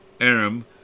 Aram